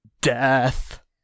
death